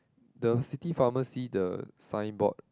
the city pharmacy the sign board